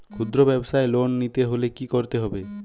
খুদ্রব্যাবসায় লোন নিতে হলে কি করতে হবে?